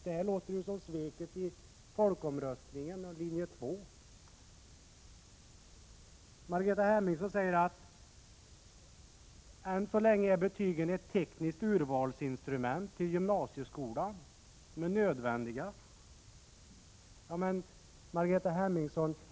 Det här låter som sveket i folkomröstningen genom linje 2. Margareta Hemmingsson säger att betygen än så länge är ett tekniskt instrument för urval till gymnasieskolan och att de är nödvändiga.